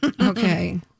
Okay